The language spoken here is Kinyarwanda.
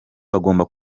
bagomba